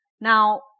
Now